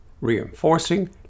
reinforcing